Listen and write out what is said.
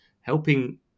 helping